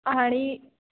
आणि